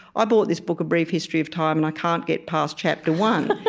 i bought this book a brief history of time, and i can't get past chapter one.